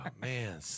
man